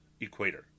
equator